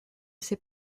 ses